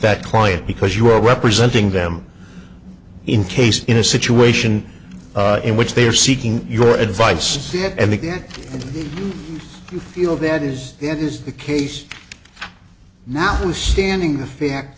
that client because you are representing them in case in a situation in which they are seeking your advice they have and again you feel that is it is the case now who's standing the fact